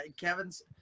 Kevin's